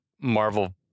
Marvel